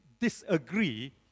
disagree